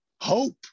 Hope